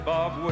Bob